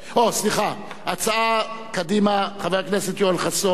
הצעת קדימה, חבר הכנסת יואל חסון, לא נתקבלה.